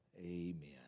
amen